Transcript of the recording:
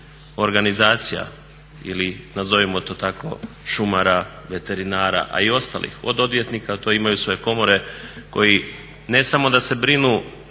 organizacija ili nazovimo to tako šumara, veterinara, a i ostalih, od odvjetnika to imaju svoje komore koji ne samo da se brinu